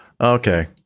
Okay